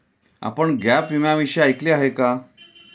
आपण गॅप विम्याविषयी ऐकले आहे का?